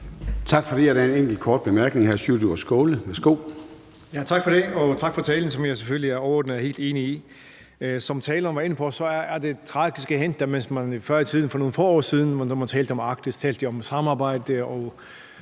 Tak for det. Og tak for talen, som jeg selvfølgelig overordnet er helt enig i. Som taleren var inde på, er det tragiske hændt, at hvor man før i tiden – for nogle få år siden – når man talte om Arktis, talte om samarbejde og